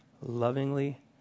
lovingly